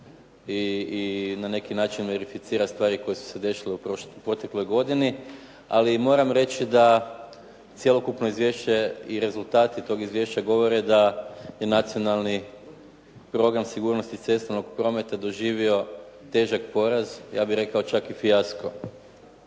i na neki način verificira stvari koje su se desilo u protekloj godini, ali moram reći da cjelokupno izvješće i rezultati tog izvješća govore da je Nacionalni program o sigurnosti cestovnog prometa doživio težak poraz, ja bih rekao čak i fijasko.